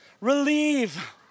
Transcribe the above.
relieve